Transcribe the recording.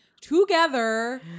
Together